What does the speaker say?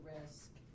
risk